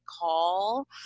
call